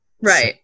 Right